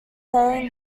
saying